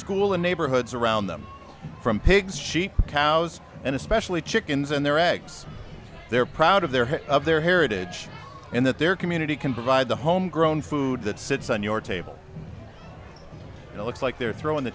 school in neighborhoods around them from pigs sheep cows and especially chickens and their eggs they're proud of their of their heritage and that their community can provide the home grown food that sits on your table and it looks like they're throwing the